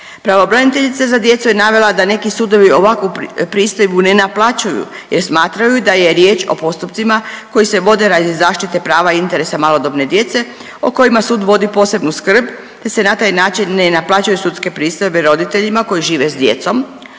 Pravobraniteljica za djecu je navela da neki sudovi ovakvu pristojbu ne naplaćuju jer smatraju da je riječ o postupcima koji se vode radi zaštite prava interesa malodobne djece o kojima sud vodi posebnu skrb jer se na taj način ne naplaćuju sudske pristojbe roditeljima koji žive s djecom